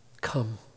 Come